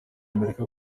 amerika